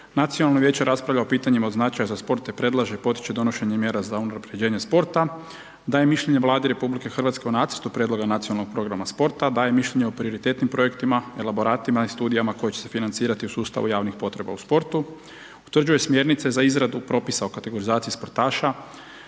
Nacionalno vijeće raspravlja o pitanjima o značaju za sport te predlaže i potiče donošenje mjera za unaprjeđenje sporta. Daje mišljenje Vladi RH o nacrtu prijedloga nacionalnog programa sporta, daje mišljenje o prioritetnim projektima, elaboratima i studijama koje će se financirati u sustavu javnih potreba u sportu. Utvrđuje smjernice za izradu propisa o kategorizaciji sportaša,